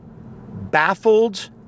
baffled